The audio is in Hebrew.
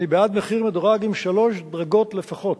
אני בעד מחיר מדורג עם שלוש דרגות לפחות.